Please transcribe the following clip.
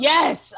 Yes